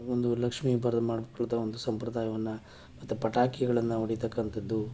ಒಂದು ಲಕ್ಷ್ಮೀ ಬರ ಮಾಡ್ಕೊಳ್ತಾ ಒಂದು ಸಂಪ್ರದಾಯವನ್ನು ಮತ್ತು ಪಟಾಕಿಗಳನ್ನು ಹೊಡಿತಕ್ಕಂಥದ್ದು